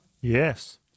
Yes